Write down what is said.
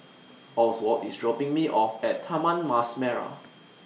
Oswald IS dropping Me off At Taman Mas Merah